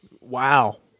Wow